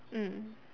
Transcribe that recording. mm